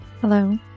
Hello